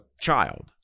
child